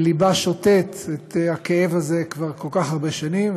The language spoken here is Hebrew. שלבה שותת את הכאב הזה כבר כל כך הרבה שנים.